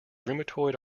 rheumatoid